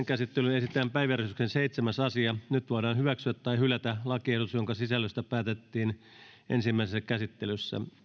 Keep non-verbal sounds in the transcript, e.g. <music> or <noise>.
<unintelligible> käsittelyyn esitellään päiväjärjestyksen seitsemäs asia nyt voidaan hyväksyä tai hylätä lakiehdotus jonka sisällöstä päätettiin ensimmäisessä käsittelyssä